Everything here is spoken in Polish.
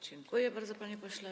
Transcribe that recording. Dziękuję bardzo, panie pośle.